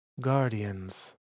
Guardians